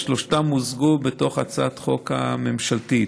שלושתן מוזגו בתוך הצעת החוק הממשלתית.